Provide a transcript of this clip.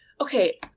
Okay